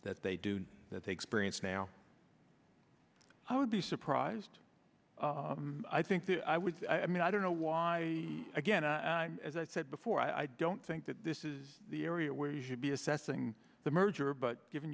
that they do that they experience now i would be surprised i think i would i mean i don't know why again as i said before i don't think that this is the area where you should be assessing the merger but giv